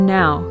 now